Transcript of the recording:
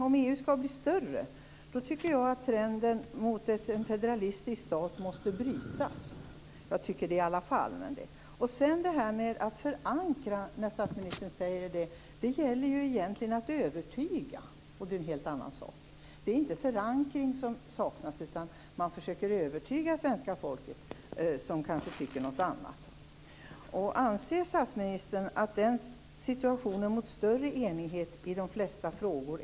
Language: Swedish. Om EU skall bli större tycker jag att trenden mot en federalistisk stat måste brytas. Statsministern talar om att förankra. Egentligen gäller det ju att övertyga, och det är en helt annan sak. Det är inte förankring som saknas, utan man försöker övertyga svenska folket, som kanske tycker något annat. Anser statsministern att en större enighet är möjlig i de flesta frågor?